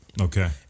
Okay